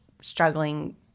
struggling